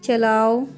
چلاؤ